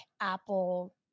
Apple